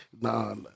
Nah